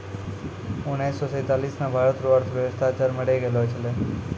उनैस से सैंतालीस मे भारत रो अर्थव्यवस्था चरमरै गेलो छेलै